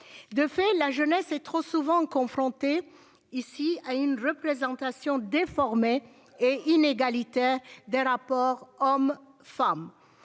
De fait, la jeunesse est trop souvent confrontés ici à une représentation déformée et inégalitaire des rapports hommes-femmes